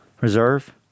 reserve